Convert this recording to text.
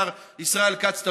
השר ישראל כץ,